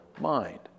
mind